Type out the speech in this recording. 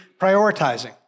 prioritizing